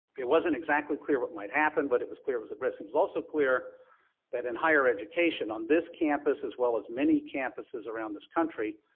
it wasn't exactly clear what might happen, but it was clear it was at risk. it was also clear that in higher education, on this campus, as well as many campuses around this country,